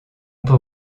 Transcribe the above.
peut